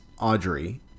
Audrey